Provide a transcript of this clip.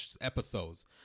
episodes